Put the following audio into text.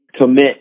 commit